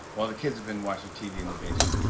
while the kids have been watching tv in the basement.